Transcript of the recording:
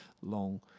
long